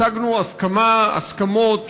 והשגנו הסכמות